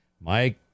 Mike